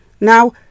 Now